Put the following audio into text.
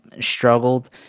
struggled